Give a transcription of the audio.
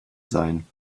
sein